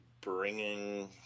bringing